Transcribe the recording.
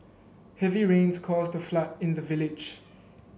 heavy rains caused a flood in the village